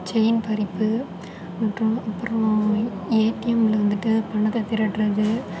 chain பறிப்பு அப்புறம் அப்புறம் ஏடிமில் வந்துட்டு பணத்தை திருடுவது